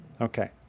Okay